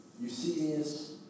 Eusebius